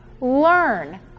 Learn